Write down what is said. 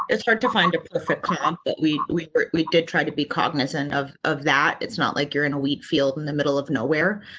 it's hard to find a perfect comp that we, we, we did try to be cognizant of of that. it's not like you're in a wheat field in the middle of nowhere,